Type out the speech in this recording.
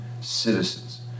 citizens